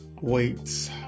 Weights